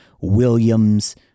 Williams